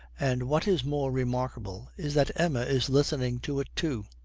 and what is more remarkable is that emma is listening to it too,